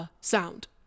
sound